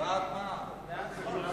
סימני מסחר (מס'